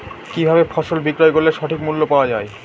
কি ভাবে ফসল বিক্রয় করলে সঠিক মূল্য পাওয়া য়ায়?